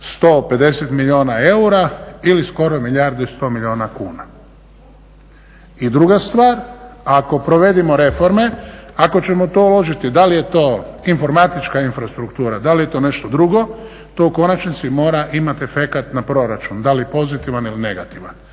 150 milijuna eura ili skoro milijardu i 100 milijuna kuna. I druga stvar, ako provedemo reforme, ako ćemo u to uložiti da li je to informatička infrastruktura, da li je to nešto drugo, to u konačnici mora imati efekat na proračun da li pozitivan ili negativan.